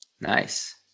Nice